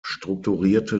strukturierte